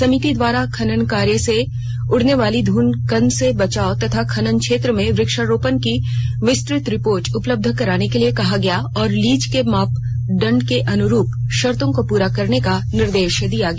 समिति द्वारा खनन कार्य से उड़ने वाली धूल कण से बचाव तथा खनन क्षेत्र में वृक्षारोपण की विस्तृत रिपोर्ट उपलब्ध कराने के लिए कहा गया और लीज के मापदंड के अनुरूप शर्तों को पूरा कराने का निर्देश दिया गया